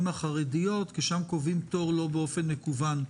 החרדיות כי שם קובעים תור לא באופן מקוון.